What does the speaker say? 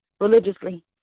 religiously